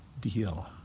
deal